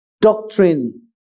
doctrine